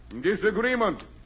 disagreement